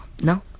No